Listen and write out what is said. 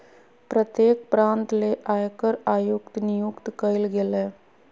प्रत्येक प्रांत ले आयकर आयुक्त नियुक्त कइल गेलय